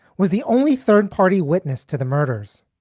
was the only third party witness to the murders.